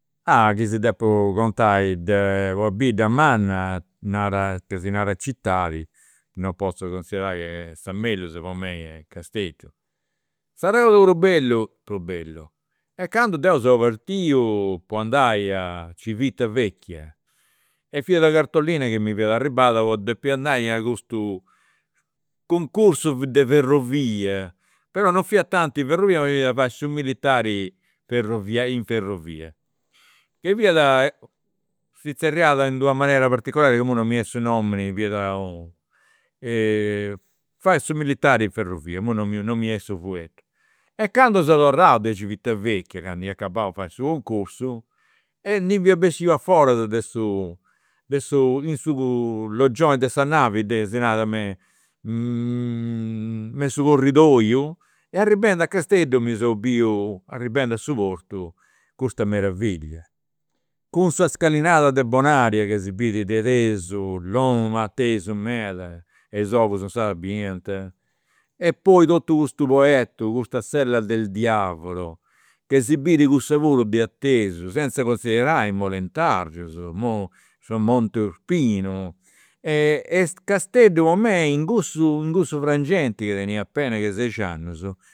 chi si depu contai de una bidda manna, nara, tesinanta citadi, non potzu considerai sa mellus po mei est Casteddu. S'arregodu prus bellu, prus bellu, est candu deu seu partiu po andai Civitavecchia, e fiat una cartolina chi mi fia arribada po depi andai a custu cuncursu de ferrovia, però non fiat tanti ferrovia ma fiat a fai su militari in ferrovia, in ferrovia. E fiat si zerriat in d'una manera particolari chi imui non mi 'essit su nomini, fiat unu. Fai su militari in ferrovia, imui non mi non mi 'ssit su fueddu. E candu seu torrau de Civitavecchia, ia acabau de fai su cuncursu, e ndi fiat bessiu a foras de su de su in su logioni de sa navi, tesinarada, me in su corridoiu e arribendu a Casteddu mi seu biu, arribendu a su portu, custa meravillia. Cun sa scalinada de Bonaria ca si biri de atesu, longa atesu meda, e is ogus biriant. E poi totu custu Poetto, custa Sella del Diavolo, che si biri cussa puru de atesu, senza considerai Molentargius, su su Monte Urpinu e e Casteddu po mei in cussu in cussu frangenti chi tenia apena che seixi annus